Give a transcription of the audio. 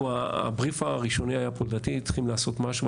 הבריף הראשוני היה פה לדעתי שצריכים לעשות משהו.